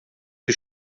que